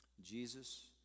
Jesus